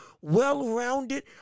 well-rounded